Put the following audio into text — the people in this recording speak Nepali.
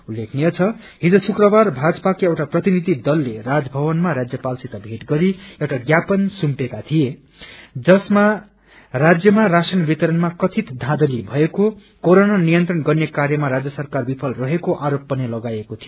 उल्लेखनीय छ हिज शुक्रबार भाजपाको एउटा प्रतिनिधि दलले राजभवनमा राज्यपालसित भेट गरी एउटा ज्ञापन सुम्पिएका थिए जसमा राज्यमा राश्न वितरणमा कथित धाँधली भएको कोरोना नियंत्रण गन्नेकार्यमा राज्य सरकार विफल सरहेको आरोप पनि लगाइएको थियो